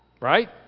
Right